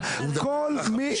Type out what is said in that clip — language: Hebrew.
במקום.